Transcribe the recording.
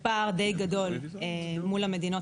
יש פער די גדול אל מול המדינות